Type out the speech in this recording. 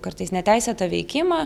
kartais neteisėtą veikimą